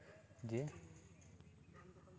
ᱡᱮ